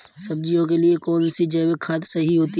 सब्जियों के लिए कौन सी जैविक खाद सही होती है?